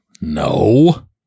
No